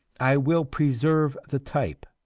i will preserve the type!